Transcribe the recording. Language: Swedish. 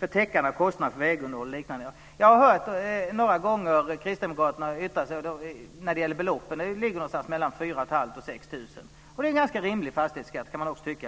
för täckande av kostnader för vägunderhåll och liknande." Några gånger har jag hört Kristdemokraterna yttra sig över beloppen. Det rör sig om 4 500-6 000 kr - en ganska rimlig fastighetsskatt, kan man tycka.